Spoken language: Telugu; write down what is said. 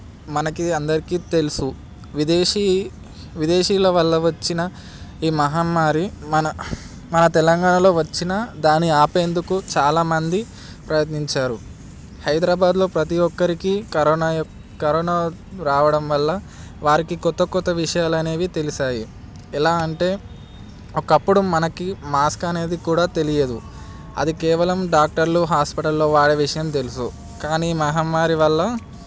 మనకి అందరికీ తెలుసు విదేశీ విదేశీయుల వల్ల వచ్చిన ఈ మహమ్మారి మన మన తెలంగాణలో వచ్చిన దాని ఆపేందుకు చాలామంది ప్రయత్నించారు హైదరాబాద్లో ప్రతి ఒక్కరికి కరోనా యొక్క కరోనా రావడం వల్ల వారికి కొత్త కొత్త విషయాలనేవి తెలిసాయి ఎలా అంటే ఒకప్పుడు మనకి మాస్క్ అనేది కూడా తెలియదు అది కేవలం డాక్టర్లు హాస్పిటల్లో వాడే విషయం తెలుసు కానీ మహమ్మారి వల్ల